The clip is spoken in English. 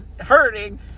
hurting